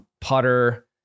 putter